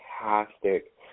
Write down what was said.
fantastic